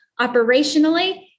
operationally